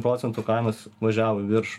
procentų kainos važiavo į viršų